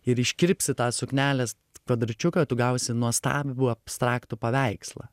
ir iškirpsi tą suknelės kvadračiuką tu gausi nuostabų abstraktų paveikslą